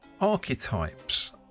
archetypes